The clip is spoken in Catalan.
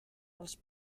els